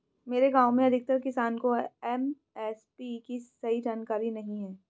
मेरे गांव में अधिकतर किसान को एम.एस.पी की सही जानकारी नहीं है